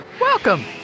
Welcome